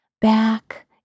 back